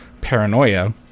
paranoia